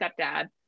stepdad